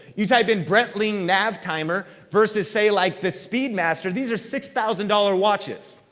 you type in breitling navitimer versus say like the speedmaster. these are six thousand dollars watches.